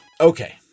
Okay